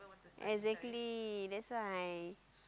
exactly that's why